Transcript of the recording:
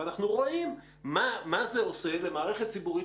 ואנחנו רואים מה זה עושה למערכת ציבורית